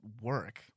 work